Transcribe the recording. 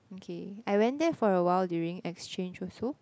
okay I went there for awhile during exchange also